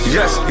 Yes